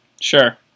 Sure